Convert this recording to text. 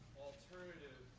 alternative